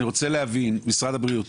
אני רוצה להבין, משרד הבריאות